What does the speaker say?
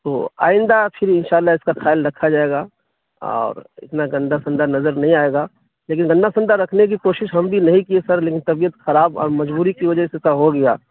تو آئندہ پھر ان شاء اللہ اس کا خیال رکھا جائے گا اور اتنا گندا سندہ نظر نہیں آئے گا لیکن گندا سندہ رکھنے کی کوشش ہم بھی نہیں کیے سر لیکن طبیعت خراب اور مجبوری کی وجہ سے ایسا ہو گیا